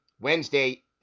Wednesday